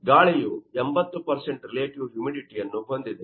ಗಾಳಿಯು 80 ರಿಲೇಟಿವ್ ಹ್ಯೂಮಿಡಿಟಿಯನ್ನು ಹೊಂದಿದೆ